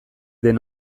den